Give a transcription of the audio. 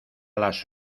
las